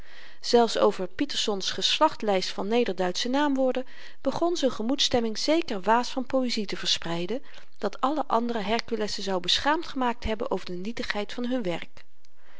zelfs over pietersons geslachtlyst van nederduitsche naamwoorden begon z'n gemoedsstemming zeker waas van poëzie te verspreiden dat alle andere herkulessen zou beschaamd gemaakt hebben over de nietigheid van hun werk